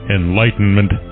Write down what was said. enlightenment